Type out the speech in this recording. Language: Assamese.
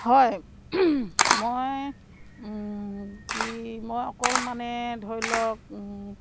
হয় মই কি মই অকল মানে ধৰি লওক